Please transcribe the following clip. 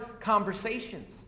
conversations